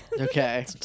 Okay